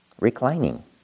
reclining